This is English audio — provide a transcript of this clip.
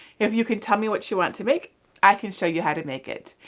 if you could tell me what you want to make i can show you how to make it.